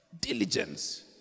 Diligence